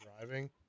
driving